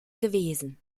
gewesen